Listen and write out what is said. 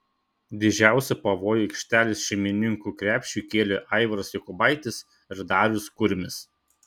didžiausią pavojų aikštelės šeimininkų krepšiui kėlė aivaras jokubaitis ir darius kurmis